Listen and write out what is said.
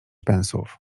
pensów